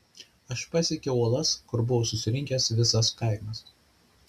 aš pasiekiau uolas kur buvo susirinkęs visas kaimas